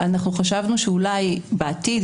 חשבנו שאולי בעתיד,